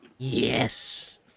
Yes